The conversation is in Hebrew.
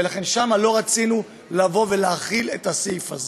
ולכן שם לא רצינו להחיל את הסעיף הזה.